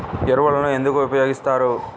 ఎరువులను ఎందుకు ఉపయోగిస్తారు?